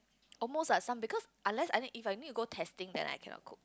almost like some because unless I need if I need to go testing then I cannot cook